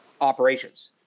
operations